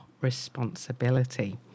Responsibility